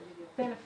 אני יודעת